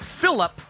Philip